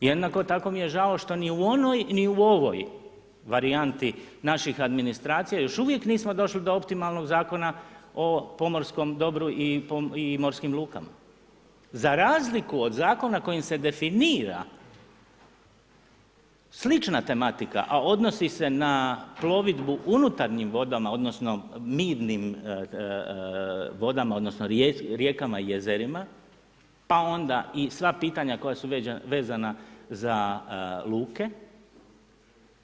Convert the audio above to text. Jednako tako mi je žao, što ni u ovoj, ni u ovoj, varijantni, naših administracija, još uvijek nismo došli do optimalnih zakona o pomorskim dobru i morskim lukama, za razliku od zakona, kojim se definira slična tematika, a odnosi se na plovidbu unutarnjim vodama, odnosno, mirnim vodama, odnosno, rijekama i jezerima, pa onda i sva pitanja, koja su vezana za luke,